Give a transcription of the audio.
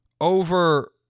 over